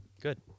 Good